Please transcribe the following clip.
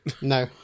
No